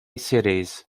cities